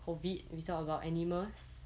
COVID we talk about animals